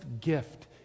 gift